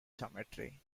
geometry